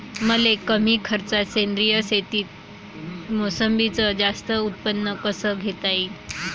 मले कमी खर्चात सेंद्रीय शेतीत मोसंबीचं जास्त उत्पन्न कस घेता येईन?